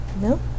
No